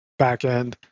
backend